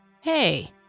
Hey